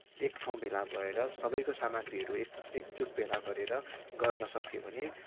एक ठाउँ भेला भएर सबैको सामग्रीहरू एकजुट भेला गरेर गर्न सक्यो भने